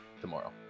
tomorrow